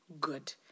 good